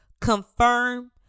confirm